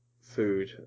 food